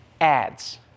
ads